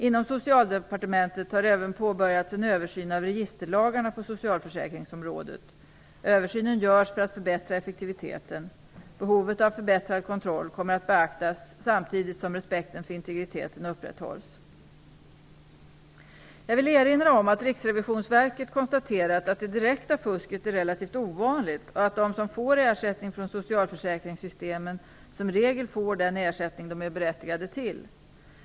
Inom Socialdepartementet har även påbörjats en översyn av registerlagarna på socialförsäkringsområdet. Översynen görs för att förbättra effektiviteten. Behovet av förbättrad kontroll kommer att beaktas, samtidigt som respekten för integriteten upprätthålls. Jag vill erinra om att Riksrevisionsverket konstaterat att det direkta fusket är relativt ovanligt och att de som får ersättning från socialförsäkringssystemen som regel får den ersättning som de är berättigade till.